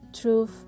truth